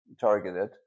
targeted